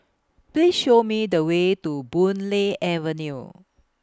Please Show Me The Way to Boon Lay Avenue